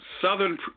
Southern